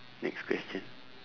next question